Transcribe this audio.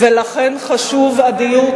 ולכן חשוב הדיוק,